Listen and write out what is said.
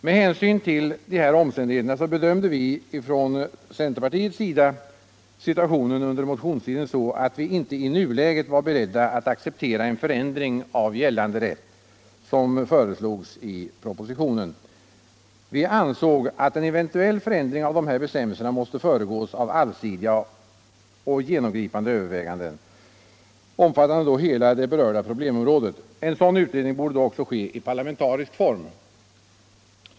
Med hänsyn till de här omständigheterna bedömde vi från centerpartiets sida situationen under motionstiden så, att vi inte i nuläget var beredda att acceptera en förändring av gällande rätt som föreslogs i propositionen. Vi ansåg att en eventuell förändring av de här bestämmelserna måste föregås av allsidiga och genomgripande överväganden, omfattande hela det berörda problemområdet. En sådan utredning borde då också ske i parlamentarisk form.